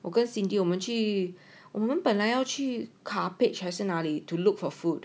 我跟 cindy 我们去我们本来要去 lor Cuppage 还是哪里 to look for food